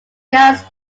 gas